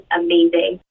amazing